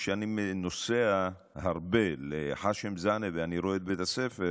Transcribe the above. וכשאני נוסע הרבה לח'אשם זאנה ואני רואה את בית הספר,